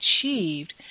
achieved